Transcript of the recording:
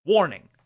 Warning